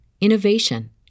innovation